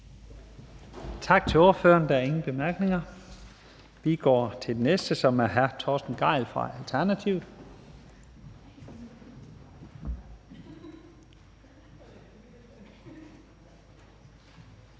Tak til ordføreren. Der er ingen bemærkninger. Vi går til den næste, som er hr. Torsten Gejl fra Alternativet.